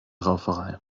rauferei